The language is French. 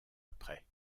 après